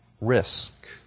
risk